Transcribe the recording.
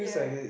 yeah